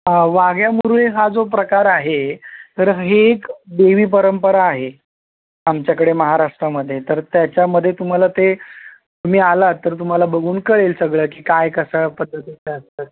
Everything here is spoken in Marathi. वाघ्या मुरळी हा जो प्रकार आहे तर हे एक देवी परंपरा आहे आमच्याकडे महाराष्ट्रामध्ये तर त्याच्यामध्ये तुम्हाला ते तुम्ही आलात तर तुम्हाला बघून कळेल सगळं की काय कसं पद्धतीचं असतं